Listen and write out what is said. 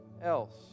else